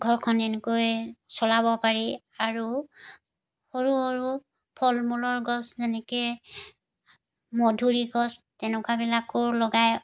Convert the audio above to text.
ঘৰখন এনেকৈ চলাব পাৰি আৰু সৰু সৰু ফল মূলৰ গছ যেনেকৈ মধুৰি গছ তেনেকুৱাবিলাকো লগাই